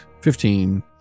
Fifteen